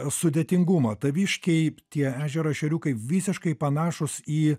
sudėtingumo taviškiai tie ežero ešeriukai visiškai panašūs į